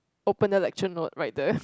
open the lecture note right there